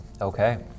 Okay